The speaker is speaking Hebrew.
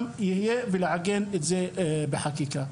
ולעגן את זה בחקיקה.